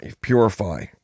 purify